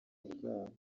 bwabo